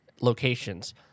locations